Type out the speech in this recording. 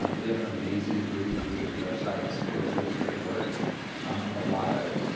um we have an amazing group of leaders at our sites, who are doing great work um and a lot of it.